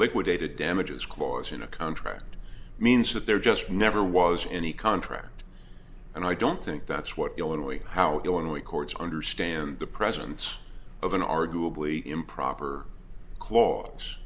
liquidated damages clause in a contract means that there just never was any contract and i don't think that's what illinois how illinois courts understand the presence of an arguably improper cla